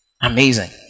amazing